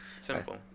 simple